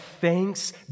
thanks